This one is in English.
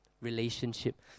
relationship